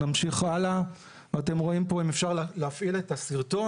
רואים את הסרטון.